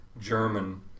German